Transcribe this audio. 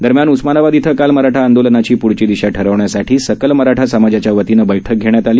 दरम्यान उस्मानाबाद इथं काल मराठा आंदोलनाची पृढील दिशा ठरविण्यासाठी सकल मराठा समाजाच्या वतीन बैठक घेण्यात आली